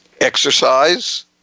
exercise